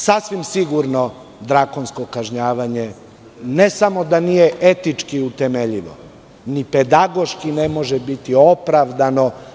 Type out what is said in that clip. Sasvim sigurno da drakonsko kažnjavanje ne samo da nije etički utemeljivo, ni pedagoški ne može biti opravdano.